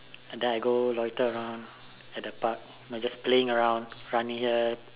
and then I go loiter around at the park like just playing around just running here